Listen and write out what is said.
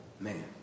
man